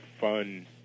fun